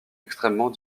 extrêmement